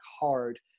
hard